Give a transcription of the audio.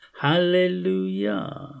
Hallelujah